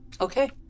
Okay